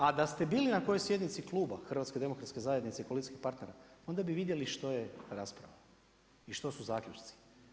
A da ste bili na kojoj sjednici kluba Hrvatske demokratske zajednice i koalicijskih partnera onda bi vidjeli što je rasprava i što su zaključci.